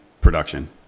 production